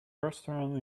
restaurant